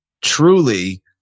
truly